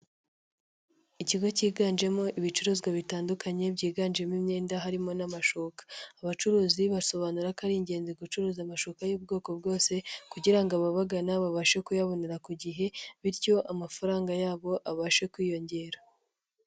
Ikigo cyiganjemo ibicuruzwa bitandukanye, byiganjemo imyenda harimo n'amashuka, abacuruzi basobanura ko ari ingenzi gucuruza amashuka y'ubwoko bwose kugira ngo ababagana babashe kuyabonera ku gihe bityo amafaranga yabo abashe kwiyongera.